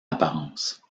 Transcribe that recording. apparence